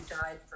died